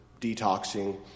detoxing